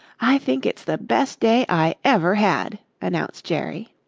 i think it's the best day i ever had, announced jerry.